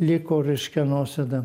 liko reiškia nuosėda